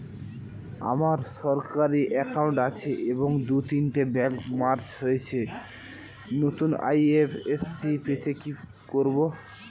আমার সরকারি একাউন্ট আছে এবং দু তিনটে ব্যাংক মার্জ হয়েছে, নতুন আই.এফ.এস.সি পেতে কি করব?